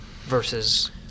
versus